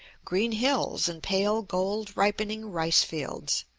green hills, and pale-gold ripening rice-fields.